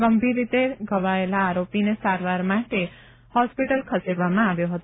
ગંભીર રીતે ઘવાયેલા આરોપીને સારવાર માટે હોસ્પિટલ ખસેડવામાં આવ્યો હતો